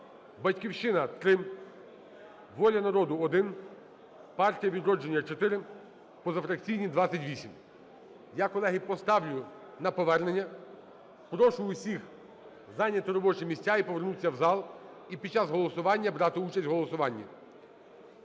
"Батьківщина" – 3, "Воля народу" – 1, "Партія "Відродження" – 4, позафракційні – 28. Я, колеги, поставлю на повернення. Прошу всіх зайняти робочі місця і повернутися в зал, і під час голосування брати участь у голосуванні.